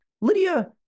Lydia